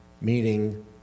meaning